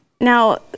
Now